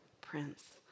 prince